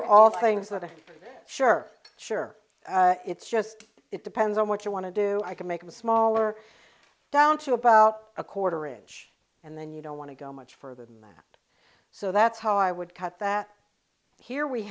are all things that i'm sure sure it's just it depends on what you want to do i can make a smaller down to about a quarter ridge and then you don't want to go much further than that so that's how i would cut that here we